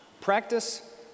practice